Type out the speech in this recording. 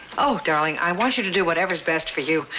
oh, darling, i want you to do whatever is best for you.